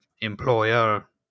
employer